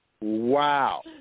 Wow